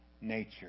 nature